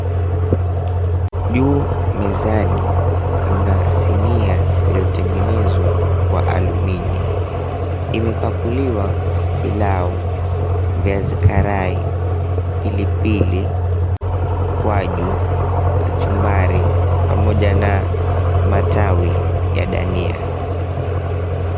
Juu mezani mna sinia iliyotengenezwa kwa alumini, imepakuliwa pilau, viazi karai, pilipili, ukwaju, kachumbari, pamoja na matawi ya dania.